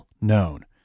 Known